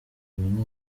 ibi